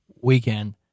weekend